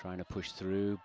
trying to push through